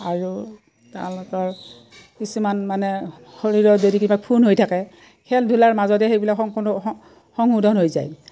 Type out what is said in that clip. আৰু তেওঁলোকৰ কিছুমান মানে শৰীৰত যদি কিবা ফুন হৈ থাকে খেল ধূলাৰ মাজতে সেইবিলাক সংশোধন হৈ যায়